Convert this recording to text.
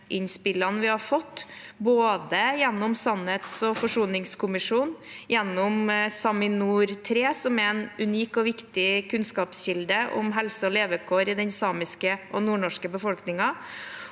kunnskapsinnspillene vi har fått, både gjennom sannhets- og forsoningskommisjonen, gjennom SAMINOR 3, som er en unik og viktig kunnskapskilde om helse og levekår i den samiske og nordnorske befolkningen,